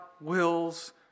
wills